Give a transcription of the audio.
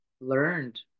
learned